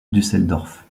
düsseldorf